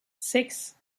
six